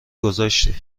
گذاشتی